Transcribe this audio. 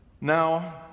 Now